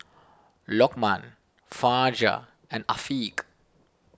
Lokman Fajar and Afiq